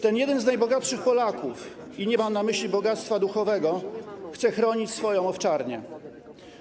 Ten jeden z najbogatszych Polaków - i nie mam na myśli bogactwa duchowego - chce chronić swoją owczarnię.